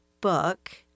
book